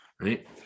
right